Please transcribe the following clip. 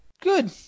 Good